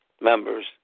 members